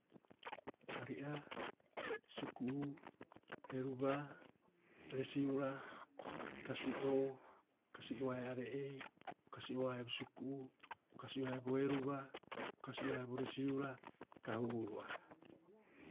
Tari'a, Suku'u, Heruba, Resiura, Kasi'oo, Kasi'oo haia are'ei, Kasi'oo haia bo suku'u, Kasi'oo haia bo heruba, Kasi'oo haia bo resiura, Kahu'u roa.